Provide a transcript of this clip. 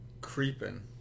Creeping